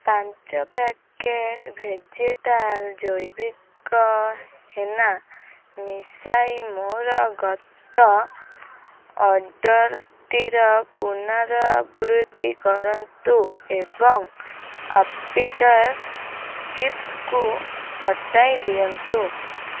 ପାଞ୍ଚ packet vegetal ଜୈବିକ henna ମିଶାଇ ମୋର ଅର୍ଡ଼ର୍ଟିର ପୁନରାବୃତ୍ତି କରନ୍ତୁ ଏବଂ ଆପ୍ପିଟାସ୍ ଚିପ୍ସ୍କୁ ହଟାଇ ଦିଅନ୍ତୁ